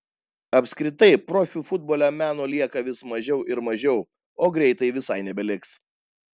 apskritai profių futbole meno lieka vis mažiau ir mažiau o greitai visai nebeliks